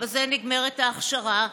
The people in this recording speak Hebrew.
ובזה נגמרת ההכשרה.